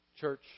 church